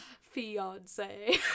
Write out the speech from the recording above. Fiance